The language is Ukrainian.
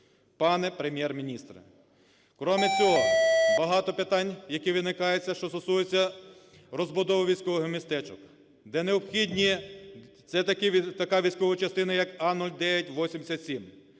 пане Прем'єр-міністре. Крім цього, багато питань, які виникають, що стосуються розбудови військових містечок, де необхідні… це така військова частина, як А-0987,